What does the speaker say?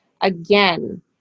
again